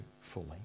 fully